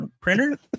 printer